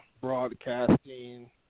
broadcasting